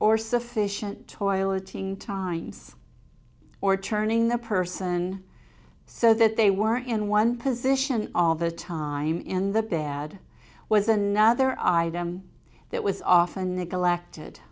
or sufficient toileting times or turning the person so that they were in one position all the time in the bad was another item that was often neglected